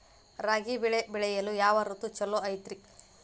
ರಾಗಿ ಬೆಳೆ ಬೆಳೆಯಲು ಯಾವ ಋತು ಛಲೋ ಐತ್ರಿ?